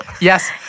Yes